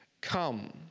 come